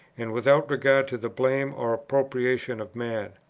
and without regard to the blame or approbation of man.